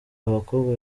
abakobwa